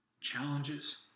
challenges